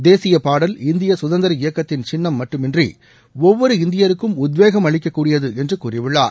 தேசிய பாடல் இந்திய குதந்திர இயக்கத்தின் சின்னம் மட்டுமின்றி ஒவ்வொரு இந்தியருக்கும் உத்வேகம் அளிக்கக்கூடியது என்று கூறியுள்ளார்